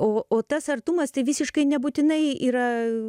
o o tas artumas tai visiškai nebūtinai yra